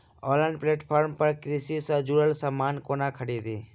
Online platform पर कृषि सँ जुड़ल समान कोना खरीदी?